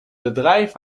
bedrijf